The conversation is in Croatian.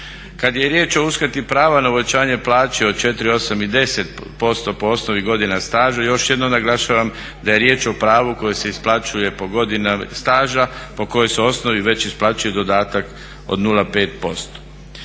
Kad je riječ o uskrati prava na uvećanje plaće od 4%, 8% i 10% po osnovi godina staža još jednom naglašavam da je riječ o pravu koje se isplaćuje po godinama staža po kojoj su osnovi već isplaćuje dodatak od 0,5%.